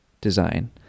design